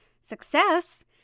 Success